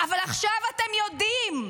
אבל עכשיו אתם יודעים.